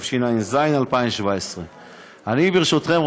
התשע"ח 2017. ברשותכם,